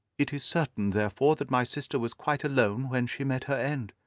it is certain, therefore, that my sister was quite alone when she met her end.